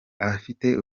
abafite